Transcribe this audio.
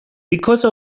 because